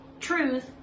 Truth